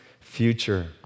future